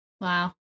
Wow